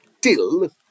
till